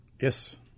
Yes